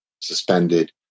suspended